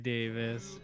Davis